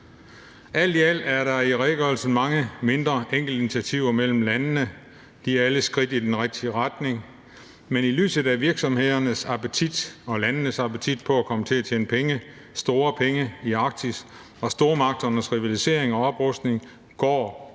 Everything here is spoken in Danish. Alt i alt er der i redegørelsen mange mindre enkeltinitiativer mellem landene, og de er alle skridt i den rigtige retning. Men i lyset af virksomhedernes og landenes appetit på at komme til at tjene penge, store penge, i Arktis og stormagternes rivalisering og oprustning, går